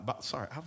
Sorry